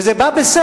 וזה בא בסט,